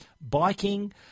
biking